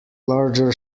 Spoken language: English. larger